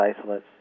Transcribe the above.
isolates